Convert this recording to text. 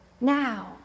now